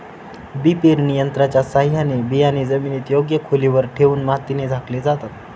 बी पेरणी यंत्राच्या साहाय्याने बियाणे जमिनीत योग्य खोलीवर ठेवून मातीने झाकले जाते